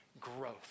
growth